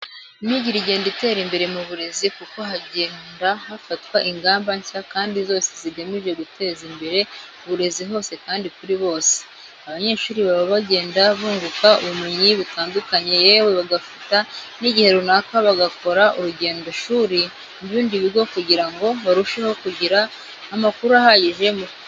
Imyigire igenda itera imbere mu burezi kuko hagenda hafatwa ingamba nshya kandi zose zigamije guteza imbere uburezi hose kandi kuri bose. Abanyeshuri baba bagenda bunguka ubumenyi butandukanye yewe bagafata n'igihe runaka bagakora urugendoshuri mu bindi bigo kugira ngo barusheho kugira amakuru ahagije ku myigire yabo.